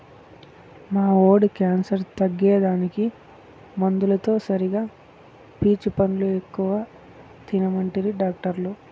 మా వోడి క్యాన్సర్ తగ్గేదానికి మందులతో సరిగా పీచు పండ్లు ఎక్కువ తినమంటిరి డాక్టర్లు